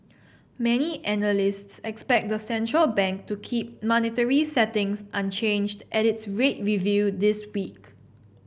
many analysts expect the central bank to keep monetary settings unchanged at its rate review this week